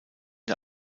der